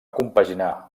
compaginar